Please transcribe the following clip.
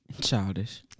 Childish